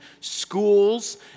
schools